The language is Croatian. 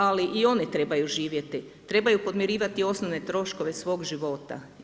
Ali i oni trebaju živjeti, trebaju podmirivati osnovne troškove svog života.